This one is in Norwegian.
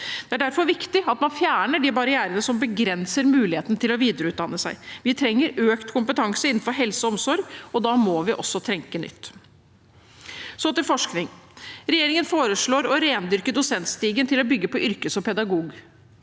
Det er derfor viktig at man fjerner de barrierene som begrenser muligheten til å videreutdanne seg. Vi trenger økt kompetanse innenfor helse og omsorg, og da må vi også tenke nytt. Så til forskning: Regjeringen foreslår å rendyrke dosentstigen til å bygge på yrkeserfaring og